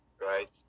right